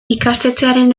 ikastetxearen